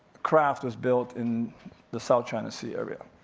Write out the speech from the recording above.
craft was built in the south china sea area.